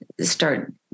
start